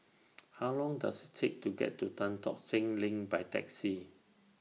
How Long Does IT Take to get to Tan Tock Seng LINK By Taxi